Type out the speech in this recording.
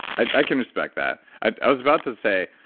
i can respect that. i was about to say,